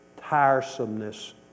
tiresomeness